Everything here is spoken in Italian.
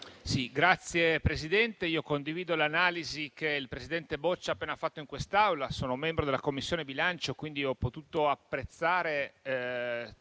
Signor Presidente, condivido l'analisi che il presidente Boccia ha appena fatto. Sono membro della Commissione bilancio, quindi ho potuto apprezzare